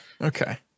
Okay